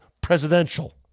presidential